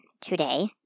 today